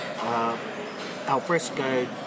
alfresco